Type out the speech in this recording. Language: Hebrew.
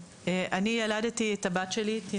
אני ילדתי את הבת שלי פגית,